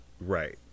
Right